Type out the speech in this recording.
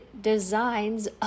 designs